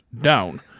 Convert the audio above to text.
down